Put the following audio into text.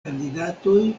kandidatoj